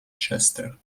chester